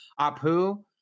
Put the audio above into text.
Apu